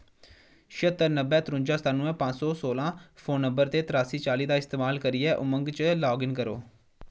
छिहत्तर नब्बै त्रुंजा सतानवैं पंञ सौ सोलां फोन नंबर ते त्रासी चाली दा इस्तेमाल करियै उमंग च लाग इन करो